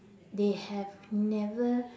they have never